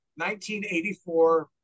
1984